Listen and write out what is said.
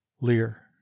Lear